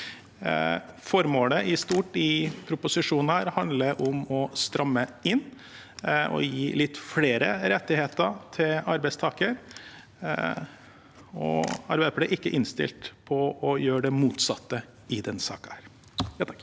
Formålet i stort med proposisjonen er å stramme inn og gi litt flere rettigheter til arbeidstakere, og Arbeiderpartiet er ikke innstilt på å gjøre det motsatte i denne saken.